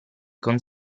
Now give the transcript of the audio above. con